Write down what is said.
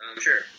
Sure